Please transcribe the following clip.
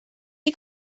you